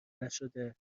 نشده